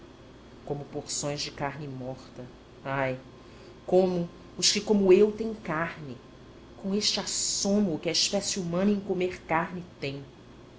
como porções de carne morta ai como os que como eu têm carne com este assomo que a espécie humana em comer carne tem